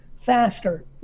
faster